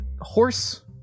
horse